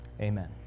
Amen